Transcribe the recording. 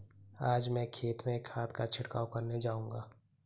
आज मैं खेत में खाद का छिड़काव करने जाऊंगा